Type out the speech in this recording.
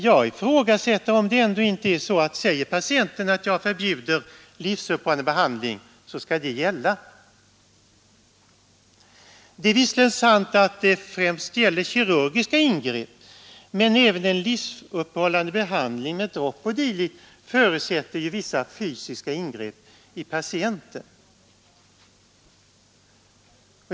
Jag ifrågasätter nämligen om man ändå inte måste rätta sig efter patienten, om denne förbjuder livsuppehållande behandling. Det är visserligen sant att detta främst gäller kirurgiska ingrepp, men även en livsuppehållande behandling med dropp och dylikt förutsätter vissa fysiska ingrepp i patienten.